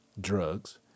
drugs